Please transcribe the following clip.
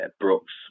Brooks